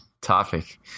topic